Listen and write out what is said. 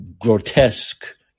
grotesque